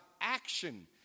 action